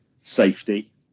safety